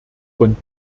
von